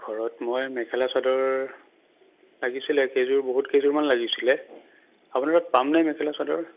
ঘৰত মই মেখেলা চাদৰ লাগিছিলে কেইযোৰ বহুত কেইযোৰ মান লাগিছিলে আপোনালোকৰ তাত পামনে মেখেলা চাদৰ